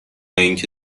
اینکه